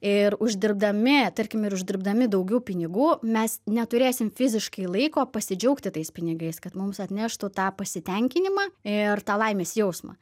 ir uždirbdami tarkim ir uždirbdami daugiau pinigų mes neturėsim fiziškai laiko pasidžiaugti tais pinigais kad mums atneštų tą pasitenkinimą ir tą laimės jausmą